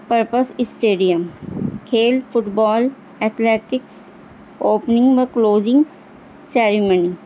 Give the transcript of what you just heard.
purpose stadium کھیل football athletics opening و closings ceremony